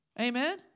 Amen